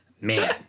Man